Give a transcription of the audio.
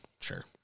sure